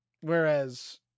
Whereas